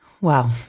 Wow